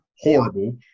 horrible